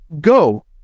Go